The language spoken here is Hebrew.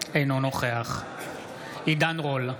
אינו נוכח עידן רול,